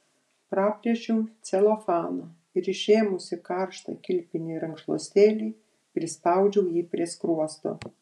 praplėšiau celofaną ir išėmusi karštą kilpinį rankšluostėlį prispaudžiau jį prie skruosto